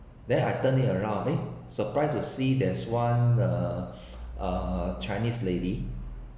then I turn it around ei surprise to see there's one the uh chinese lady